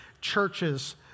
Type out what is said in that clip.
churches